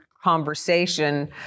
conversation